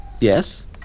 Yes